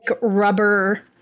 rubber